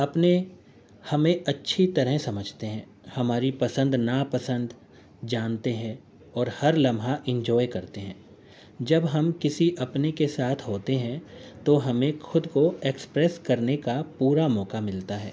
اپنے ہمیں اچھی طرح سمجھتے ہیں ہماری پسند نا پسند جانتے ہیں اور ہر لمحہ انجوائے کرتے ہیں جب ہم کسی اپنے کے ساتھ ہوتے ہیں تو ہمیں خود کو ایکسپریس کرنے کا پورا موقع ملتا ہے